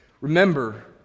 Remember